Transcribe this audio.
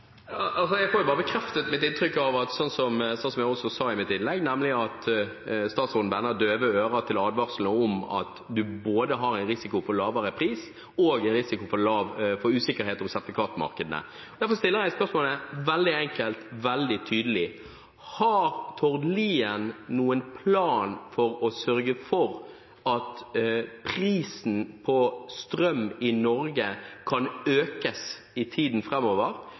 Jeg får bare bekreftet mitt inntrykk, som jeg også sa i mitt innlegg, nemlig at statsråden vender det døve øret til til advarslene om at man har både en risiko for lavere pris og en risiko for usikkerhet om sertifikatmarkedene. Derfor stiller jeg spørsmålet – veldig enkelt og veldig tydelig: Har Tord Lien noen plan for å sørge for at prisen på strøm i Norge kan økes i tiden